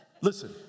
Listen